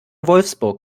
wolfsburg